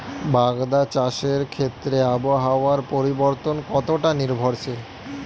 বাগদা চাষের ক্ষেত্রে আবহাওয়ার পরিবর্তন কতটা নির্ভরশীল?